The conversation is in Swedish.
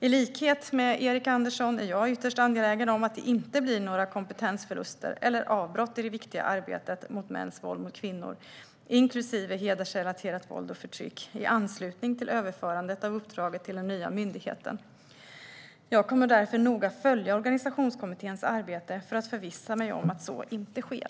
I likhet med Erik Andersson är jag ytterst angelägen om att det inte blir några kompetensförluster eller avbrott i det viktiga arbetet mot mäns våld mot kvinnor, inklusive hedersrelaterat våld och förtryck, i anslutning till överförandet av uppdraget till den nya myndigheten. Jag kommer därför att noga följa organisationskommitténs arbete för att förvissa mig om att så inte sker.